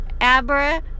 Abra